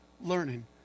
learning